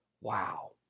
Wow